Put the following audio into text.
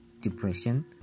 depression